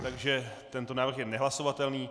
Takže tento návrh je nehlasovatelný.